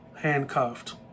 handcuffed